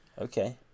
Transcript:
Okay